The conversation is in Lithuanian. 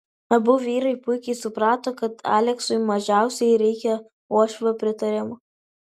abu vyrai puikiai suprato kad aleksui mažiausiai reikia uošvio pritarimo